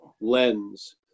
lens